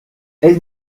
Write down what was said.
ell